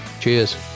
cheers